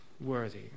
worthy